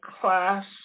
class